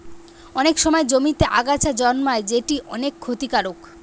অনেক সময় জমিতে আগাছা জন্মায় যেটি অনেক ক্ষতিকারক